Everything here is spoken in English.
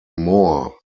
moor